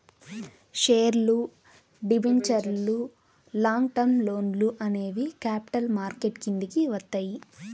షేర్లు, డిబెంచర్లు, long term లోన్లు అనేవి క్యాపిటల్ మార్కెట్ కిందికి వత్తయ్యి